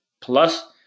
plus